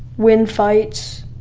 win fights,